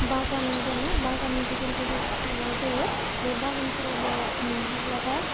बागान दोङो बागान गेजेर गेजेरसो थांनाय जायो बे बागानफोरावबो माब्लाबा